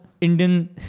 Indian